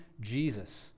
Jesus